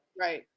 right